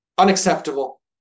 unacceptable